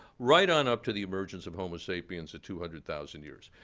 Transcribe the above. right on up to the emergence of homo sapiens at two hundred thousand years.